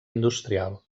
industrial